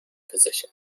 position